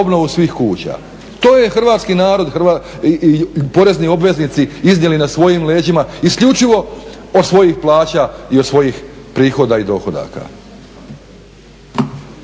To je hrvatski narod i porezni obveznici iznijeli na svojim leđima isključivo od svojih plaća i od svojih prihoda i dohodaka.